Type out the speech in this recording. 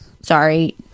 sorry